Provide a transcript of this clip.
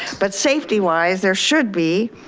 but safety wise there should be,